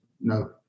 No